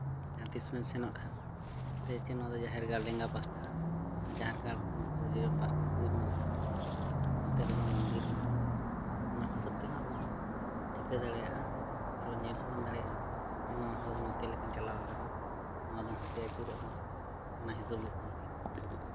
ᱡᱟᱦᱟᱸ ᱛᱤᱥ ᱵᱚᱱ ᱥᱮᱱᱚᱜ ᱠᱷᱟᱱ ᱥᱮ ᱪᱮ ᱱᱚᱣᱟ ᱫᱚ ᱡᱟᱦᱮᱨ ᱜᱟᱲ ᱞᱮᱸᱜᱟ ᱯᱟᱥᱴᱟ ᱡᱟᱦᱮᱨ ᱜᱟᱲ ᱠᱚ ᱱᱚᱛᱮ ᱫᱚ ᱡᱚᱡᱚᱢ ᱯᱟᱥᱴᱟ ᱠᱩᱧ ᱢᱮᱱᱟᱜᱼᱟ ᱱᱚᱛᱮ ᱨᱮᱜᱮ ᱢᱚᱱᱫᱤᱨ ᱢᱮᱱᱟᱜᱼᱟ ᱚᱱᱟ ᱦᱤᱥᱟᱹᱵ ᱛᱮᱦᱚᱸ ᱟᱵᱚ ᱵᱚᱱ ᱴᱷᱤᱠᱟᱹ ᱫᱟᱲᱮᱭᱟᱜᱼᱟ ᱟᱨᱦᱚᱸ ᱧᱮᱞ ᱦᱚᱸᱵᱚᱱ ᱫᱟᱲᱮᱭᱟᱜᱼᱟ ᱡᱮ ᱱᱚᱣᱟ ᱠᱚᱫᱚ ᱱᱚᱛᱮ ᱞᱮᱠᱟ ᱪᱟᱞᱟᱣ ᱠᱟᱱᱟ ᱱᱚᱣᱟ ᱫᱚ ᱱᱚᱛᱮ ᱟᱹᱪᱩᱨᱚᱜ ᱠᱟᱱᱟ ᱚᱱᱟ ᱦᱤᱥᱟᱹᱵᱽ ᱞᱮᱠᱷᱟᱱ ᱜᱮ